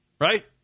right